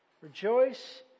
Rejoice